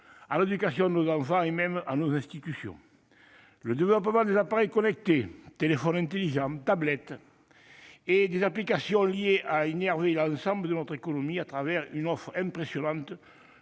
à l'éducation de nos enfants et même à nos institutions. Le développement des appareils connectés- téléphones intelligents, tablettes, etc. -et des applications liées a innervé l'ensemble de notre économie au travers d'une offre impressionnante